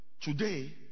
Today